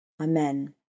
Amen